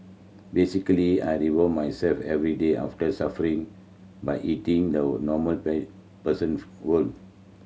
basically I reward myself every day after suffering by eating the normal persons would